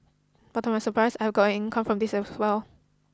but to my surprise I got an income from this as well